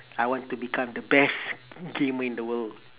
I want to become the best gamer in the world